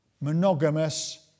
monogamous